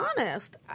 honest